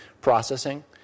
processing